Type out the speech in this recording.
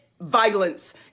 violence